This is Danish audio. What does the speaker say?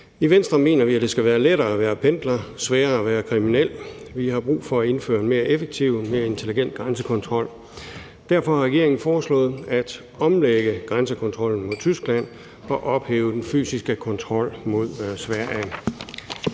I Venstre mener vi, at det skal være lettere at være pendler og sværere at være kriminel. Vi har brug for at indføre en mere effektiv og mere intelligent grænsekontrol. Derfor har regeringen foreslået at omlægge grænsekontrollen mod Tyskland og ophæve den fysiske kontrol mod Sverige.